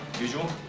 Usual